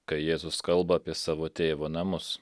kai jėzus kalba apie savo tėvo namus